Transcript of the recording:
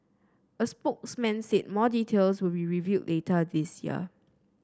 a spokesman said more details will be revealed later this year